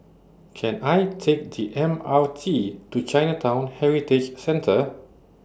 Can I Take The M R T to Chinatown Heritage Centre